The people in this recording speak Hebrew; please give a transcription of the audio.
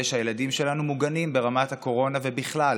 שהילדים שלנו מוגנים ברמת הקורונה ובכלל.